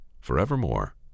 forevermore